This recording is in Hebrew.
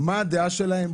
מה הדעה שלהם?